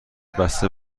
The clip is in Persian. بسته